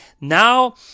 Now